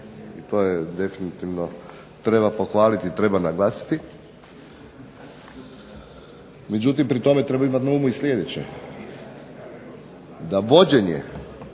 i to je definitivno treba pohvaliti i treba naglasiti. Međutim, pri tome treba imati na umu i sljedeće, da vođenje